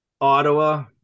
Ottawa